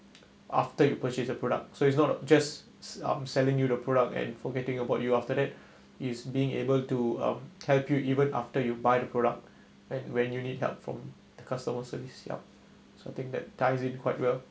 after you purchase the product so it's not just um selling you the product and forgetting about you after that is being able to um help you even after you buy the product and when you need help from the customer service yup something that ties in quite well